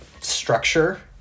structure